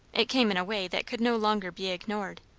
it came in a way that could no longer be ignored.